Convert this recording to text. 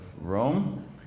Rome